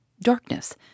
darkness